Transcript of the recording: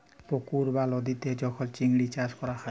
পুকুর বা লদীতে যখল চিংড়ি চাষ ক্যরা হ্যয়